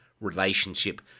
relationship